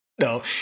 No